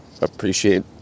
appreciate